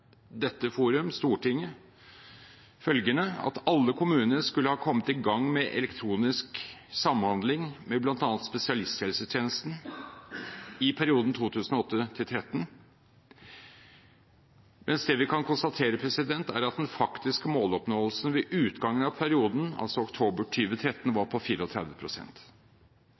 dette forum – Stortinget – at alle kommuner skulle ha kommet i gang med elektronisk samhandling med bl.a. spesialisthelsetjenesten i perioden 2008–2013, men det vi kan konstatere, er at den faktiske måloppnåelsen ved utgangen av perioden, altså oktober 2013, var på